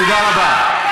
תודה רבה.